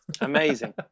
amazing